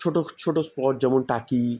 ছোট ছোট স্পট যেমন টাকি